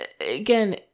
again